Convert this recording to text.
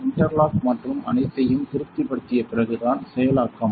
interlock மற்றும் அனைத்தையும் திருப்திப்படுத்திய பிறகுதான் செயலாக்கம்